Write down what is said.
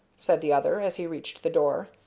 said the other, as he reached the door,